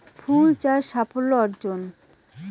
ফুল চাষ সাফল্য অর্জন?